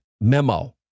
memo